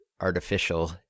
artificial